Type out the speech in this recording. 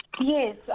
Yes